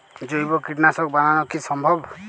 জৈব কীটনাশক বানানো কি সম্ভব?